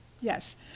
yes